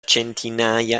centinaia